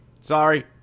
Sorry